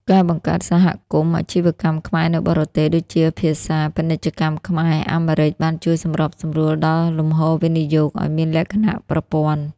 ការបង្កើតសមាគមអាជីវកម្មខ្មែរនៅបរទេស (ដូចជាសភាពាណិជ្ជកម្មខ្មែរ-អាមេរិក) បានជួយសម្របសម្រួលដល់លំហូរវិនិយោគឱ្យមានលក្ខណៈប្រព័ន្ធ។